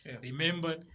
Remember